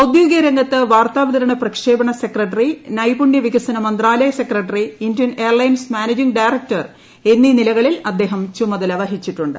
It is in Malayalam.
ഔദ്യോഗികരംഗത്ത് വാർത്താവിതരണ പ്രക്ഷേപണ സെക്രട്ടറി നൈപുണ്യവികസന മന്ത്രാലയ secretary Indian Airlines managing director എന്നീ നിലകളിൽ അദ്ദേഹം ചുമതല വഹിച്ചിട്ടുണ്ട്